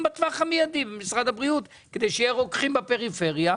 בטווח המיידי כדי שיהיו רוקחים בפריפריה,